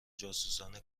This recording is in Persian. جاسوسان